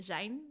Zijn